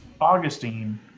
Augustine